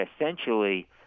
essentially